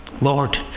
Lord